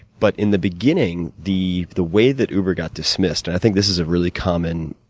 but, in the beginning, the the way that uber got dismissed, and i think this is a really common